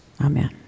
Amen